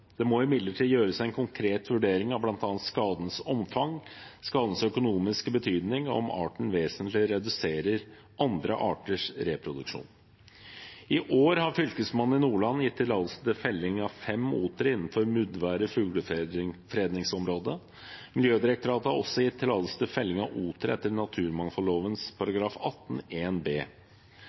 Det må imidlertid gjøres en konkret vurdering av bl.a. skadens omfang, skadens økonomiske betydning og om arten vesentlig reduserer andre arters reproduksjon. I år har Fylkesmannen i Nordland gitt tillatelse til felling av fem otere innenfor Muddværet fuglefredningsområde. Miljødirektoratet har også gitt tillatelse til felling av oter etter naturmangfoldloven § 18-1 b.